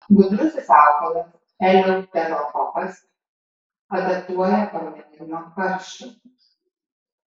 gudrusis augalas eleuterokokas adaptuoja organizmą karščiui